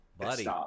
Buddy